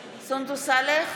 סאלח,